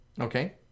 Okay